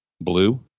Blue